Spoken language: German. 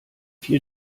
viel